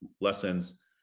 lessons